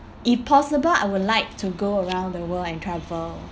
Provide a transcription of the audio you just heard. if possible I would like to go around the world and travel